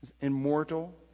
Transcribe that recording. Immortal